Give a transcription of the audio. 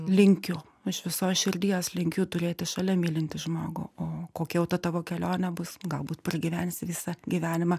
linkiu iš visos širdies linkiu turėti šalia mylintį žmogų o kokia jau ta tavo kelionė bus galbūt pragyvensi visą gyvenimą